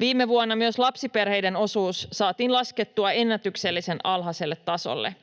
Viime vuonna myös lapsiperheiden osuus saatiin laskettua ennätyksellisen alhaiselle tasolle.